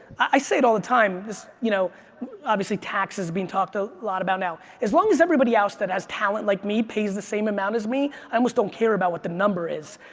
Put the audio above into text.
i say it all the time, you know obviously, tax is being talked a lot about now. as long as everybody else that has talent like me pays the same amount as me almost don't care what the number is.